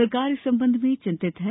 सरकार इस संबंध में चिंतित है